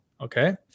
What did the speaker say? Okay